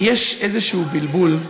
יש איזשהו בלבול.